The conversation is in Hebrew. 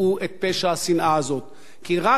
כי רק אם יימצאו הפושעים הללו,